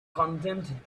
condemned